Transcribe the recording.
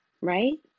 right